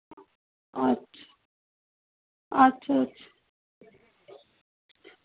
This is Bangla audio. আচ্ছা আচ্ছা আচ্ছা